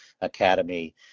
Academy